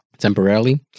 temporarily